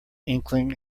inkling